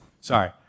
Sorry